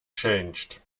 changed